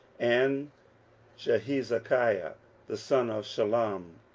and jehizkiah the son of shallum,